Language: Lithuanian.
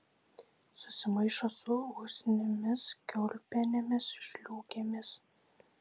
susimaišo su usnimis kiaulpienėmis žliūgėmis